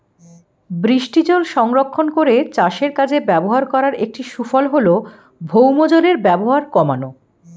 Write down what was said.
বৃষ্টিজল সংরক্ষণ করে চাষের কাজে ব্যবহার করার একটি সুফল হল ভৌমজলের ব্যবহার কমানো